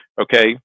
Okay